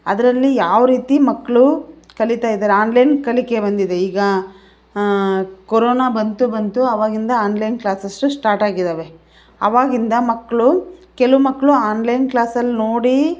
ಅದರಲ್ಲಿ ಯಾವ ರೀತಿ ಮಕ್ಕಳು ಕಲೀತಾಯಿದ್ದಾರೆ ಆನ್ಲೈನ್ ಕಲಿಕೆ ಬಂದಿದೆ ಈಗ ಕೊರೋನಾ ಬಂತು ಬಂತು ಆವಾಗಿಂದ ಆನ್ಲೈನ್ ಕ್ಲಾಸಸ್ಸು ಸ್ಟಾಟ್ ಆಗಿದ್ದಾವೆ ಅವಾಗಿಂದ ಮಕ್ಕಳು ಕೆಲವು ಮಕ್ಕಳು ಆನ್ಲೈನ್ ಕ್ಲಾಸಲ್ಲಿ ನೋಡಿ